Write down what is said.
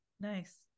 nice